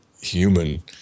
human